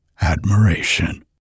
admiration